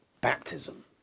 baptism